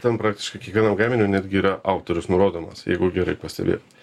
ten praktiškai kiekvienam gaminiui netgi yra autorius nurodomas jeigu gerai pastebėjot